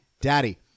daddy